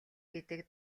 гэдэг